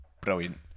brilliant